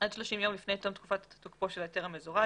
עד 30 יום לפני תום תקופת תוקפו של ההיתר המזורז,